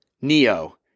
Neo